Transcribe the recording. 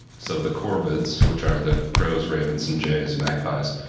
so the corvids which are the crows, ravens and jays, magpies,